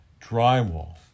Drywall